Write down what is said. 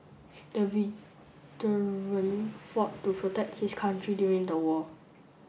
the veteran fought to protect his country during the war